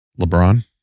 LeBron